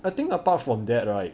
I think apart from that right